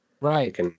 Right